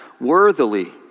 worthily